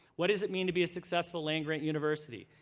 what does it mean to be a successful land-grant university?